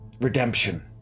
redemption